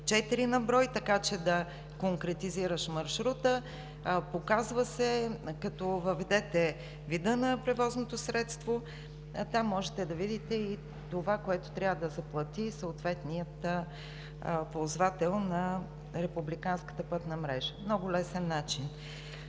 четири на брой, така че да конкретизираш маршрута. Като въведете вида на превозното средство се показва. Там може да видите това, което трябва да заплати съответният ползвател на републиканската пътна мрежа. Много лесен начин.